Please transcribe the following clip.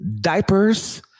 diapers